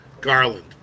Garland